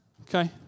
Okay